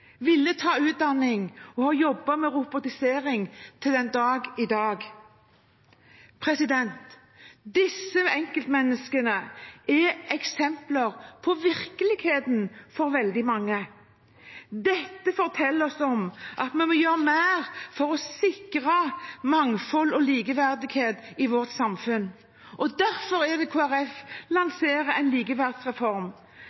ville ta utdanning og har jobbet med robotisering til den dag i dag. Disse enkeltmenneskene er eksempler på virkeligheten for veldig mange. Dette forteller oss at vi må gjøre mer for å sikre mangfold og likeverdighet i samfunnet vårt. Derfor lanserer Kristelig Folkeparti en likeverdsreform. Det vi vil, er